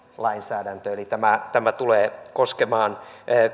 lainsäädäntö eli tämä tulee koskemaan